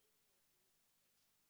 לא יודעים מאיפה הוא,